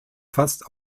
fast